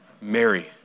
Mary